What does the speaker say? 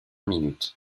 minute